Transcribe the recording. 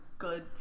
good